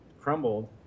crumbled